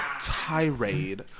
tirade